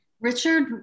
Richard